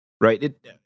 right